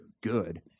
good